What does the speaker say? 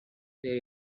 they